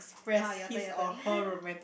ah your turn your turn